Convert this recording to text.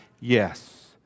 Yes